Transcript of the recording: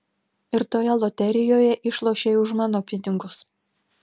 ir toje loterijoje išlošei už mano pinigus